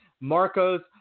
Marcos